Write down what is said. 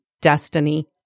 destiny